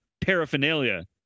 paraphernalia